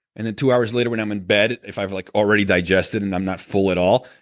and then two hours later when i'm in bed, if i like already digested, and i'm not full at all,